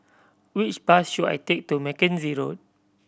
which bus should I take to Mackenzie Road